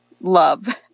love